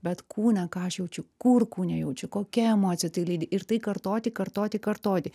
bet kūną ką aš jaučiu kur kūne jaučiu kokia emocija tai lydi ir tai kartoti kartoti kartoti